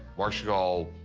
marc chagall,